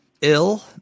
ill